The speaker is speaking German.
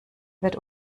wird